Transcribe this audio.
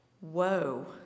whoa